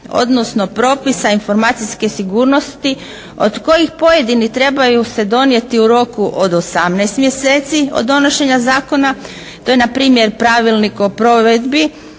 odnosno propisa informacijske sigurnosti od kojih pojedinih trebaju se donijeti u roku od 18 mjeseci od donošenja zakona. To je npr. Pravilnik o provedbi